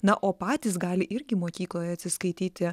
na o patys gali irgi mokykloje atsiskaityti